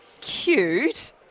Cute